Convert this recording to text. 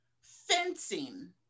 fencing